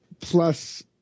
Plus